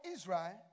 Israel